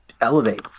elevate